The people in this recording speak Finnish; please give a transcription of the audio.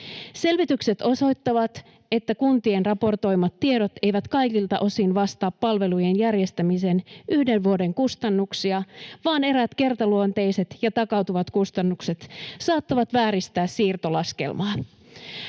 Selvitykset osoittavat, että kuntien raportoimat tiedot eivät kaikilta osin vastaa palvelujen järjestämisen yhden vuoden kustannuksia vaan eräät kertaluonteiset ja takautuvat kustannukset saattavat vääristää siirtolaskelmaa.